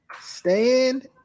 stand